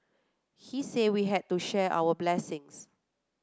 he say we had to share our blessings